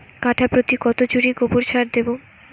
কাঠাপ্রতি কত ঝুড়ি গোবর সার দেবো?